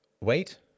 Wait